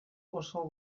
oso